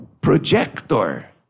projector